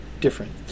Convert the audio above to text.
different